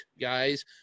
guys